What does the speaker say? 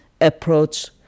approach